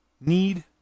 need